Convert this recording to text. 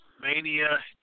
Mania